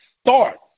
start